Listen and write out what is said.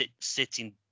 sitting